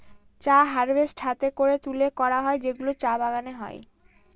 চা হারভেস্ট হাতে করে তুলে করা হয় যেগুলো চা বাগানে হয়